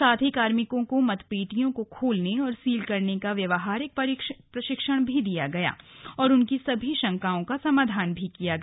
साथ ही कार्मिकों को मतपेटियों को खोलने और सील करने का व्यावहारिक प्रशिक्षण भी दिया गया और उनकी सभी शंकाओं का समाधान किया गया